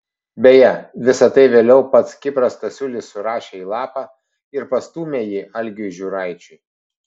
beje visa tai vėliau pats kipras stasiulis surašė į lapą ir pastūmė jį algiui žiūraičiui